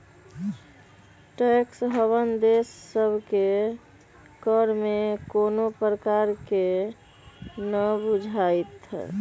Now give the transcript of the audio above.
tax haven देश सभ में कर में कोनो प्रकारे न बुझाइत